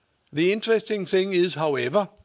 the interesting thing is, however,